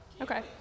Okay